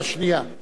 תודה רבה.